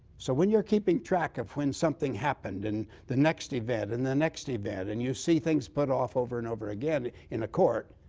so when you're keeping track of when something happened, and the next event, and the next event, and you see things put off over and over again in a court,